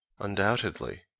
Undoubtedly